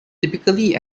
typically